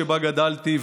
שבה גדלתי,